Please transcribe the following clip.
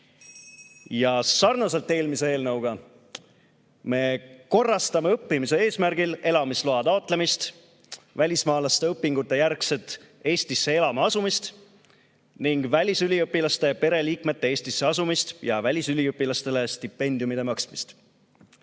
Sarnaselt eelmise eelnõuga me korrastame õppimise eesmärgil elamisloa taotlemist, välismaalaste õpingujärgset Eestisse elama asumist ning välisüliõpilaste pereliikmete Eestisse asumist ja välisüliõpilastele stipendiumide maksmist.